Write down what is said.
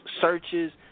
searches